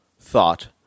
thought